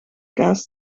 kaas